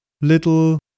little